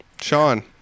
Sean